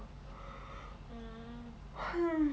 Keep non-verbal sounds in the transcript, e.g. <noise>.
<breath> <noise>